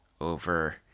over